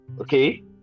okay